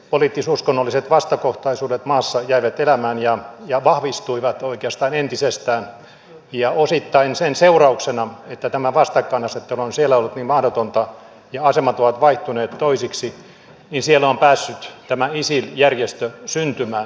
poliittis uskonnolliset vastakohtaisuudet maassa jäivät elämään ja vahvistuivat oikeastaan entisestään ja osittain sen seurauksena että tämä vastakkainasettelu on siellä ollut niin mahdotonta ja asemat ovat vaihtuneet toisiksi siellä on päässyt tämä isil järjestö syntymään